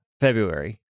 February